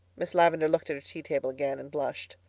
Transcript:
miss lavendar looked at her tea table again, and blushed.